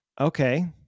Okay